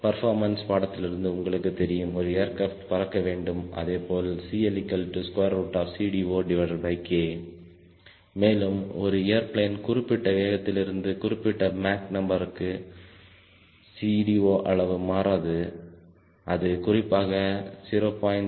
performance பாடத்திலிருந்து உங்களுக்கு தெரியும் ஒரு ஏர்க்ரப்ட் பறக்க வேண்டும் அதேபோல் CLCD0K மேலும் ஒரு ஏர்பிளேனின் குறிப்பிட்ட வேகத்திற்கும் குறிப்பிட்ட மாக் நம்பருக்கும் CD0அளவு மாறாதுஅது குறிப்பாக 0